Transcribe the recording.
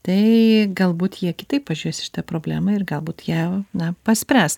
tai galbūt jie kitaip pažiūrės į šitą problemą ir galbūt ją na paspręs